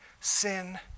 sin